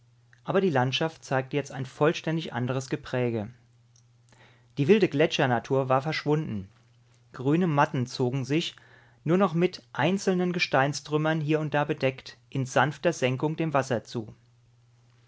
aber die landschaft zeigte jetzt ein vollständig anderes gepräge die wilde gletschernatur war verschwunden grüne matten zogen sich nur noch mit einzelnen gesteinstrümmern hier und da bedeckt in sanfter senkung dem wasser zu